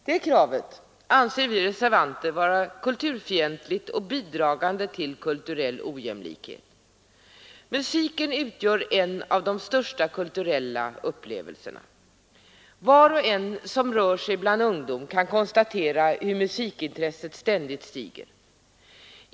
Detta krav anser vi reservanter vara kulturfientligt och bidragande till kulturell ojämlikhet. Musiken utgör en av de största kulturella upplevelserna. Var och en som rör sig bland ungdom kan konstatera hur musikintresset ständigt stiger.